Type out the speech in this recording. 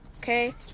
Okay